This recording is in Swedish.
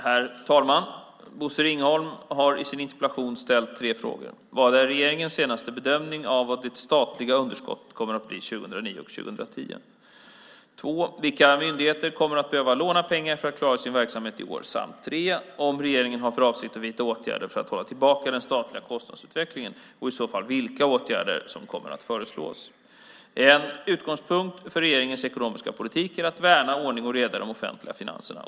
Herr talman! Bosse Ringholm har i sin interpellation ställt tre frågor: 1. Vad är regeringens senaste bedömning av vad det statliga underskottet kommer att bli 2009 och 2010? 2. Vilka myndigheter kommer att behöva låna pengar för att klara sin verksamhet i år? 3. Har regeringen för avsikt att vidta åtgärder för att hålla tillbaka den statliga kostnadsutvecklingen, och vilka åtgärder kommer i så fall att föreslås? En utgångspunkt för regeringens ekonomiska politik är att värna ordning och reda i de offentliga finanserna.